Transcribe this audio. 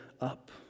up